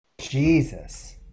Jesus